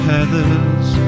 Heathers